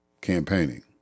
campaigning